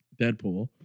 Deadpool